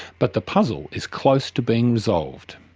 but the puzzle is close to being resolved.